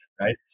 right